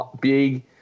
big